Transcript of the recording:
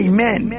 Amen